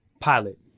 Pilot